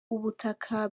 ubutaka